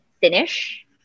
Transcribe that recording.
finish